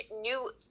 new